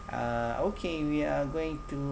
uh okay we are going to